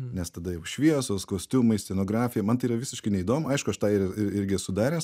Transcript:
nes tada jau šviesos kostiumai scenografija man tai yra visiškai neįdomu aišku aš tą ir ir irgi esu daręs